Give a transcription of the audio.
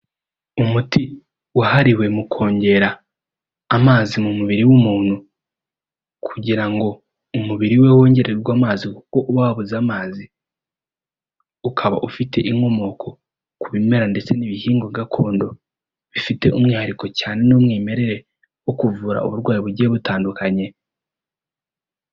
Umuti wahariwe mu kongera amazi mu mubiri w'umuntu kugira ngo umubiri we wongererwe amazi kuko uba wabuze amazi, ukaba ufite inkomoko ku bimera ndetse n'ibihingwa gakondo, bifite umwihariko cyane n'umwimerere wo kuvura uburwayi bugiye butandukanye.